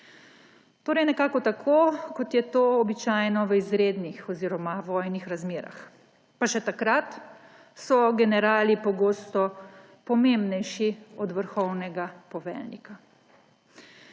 Torej nekako tako, kot je to običajno v izrednih oziroma vojnih razmerah, pa še takrat so generali pogosto pomembnejši od vrhovnega poveljnika.